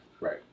Right